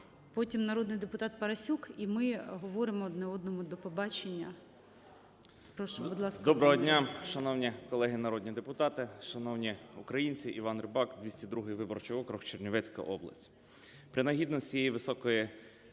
потім народний депутат Парасюк, і ми говоримо одне одному "до побачення". 14:00:13 РИБАК І.П. Добро дня, шановні колеги народні депутати, шановні українці! Іван Рибак, 202 виборчий округ, Чернівецька область. Принагідно з цієї високої